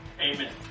Amen